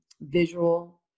visual